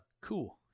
Cool